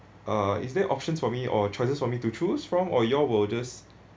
uh is there options for me or choices for me to choose from or you all will just